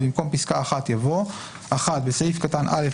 במקום פסקה (1) יבוא: "(1) בסעיף קטן (א),